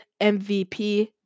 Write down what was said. MVP